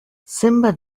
zenbat